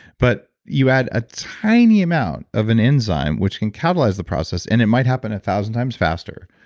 but you add a tiny amount of an enzyme, which can capitalize the process, and it might happen a thousand times faster,